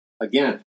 Again